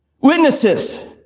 Witnesses